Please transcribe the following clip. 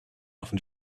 often